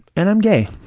and i'm gay,